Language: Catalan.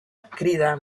crida